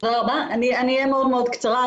תודה רבה, אני אהיה מאוד קצרה.